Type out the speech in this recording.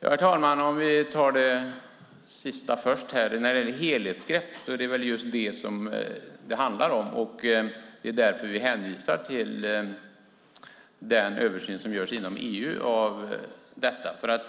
Herr talman! Om vi tar det sista först: När det gäller helhetsgrepp är det väl just det som det handlar om, och det är därför vi hänvisar till den översyn som görs inom EU av detta.